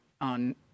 on